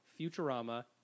Futurama